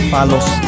Palos